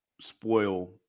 spoil